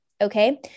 Okay